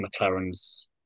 McLaren's